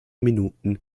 minuten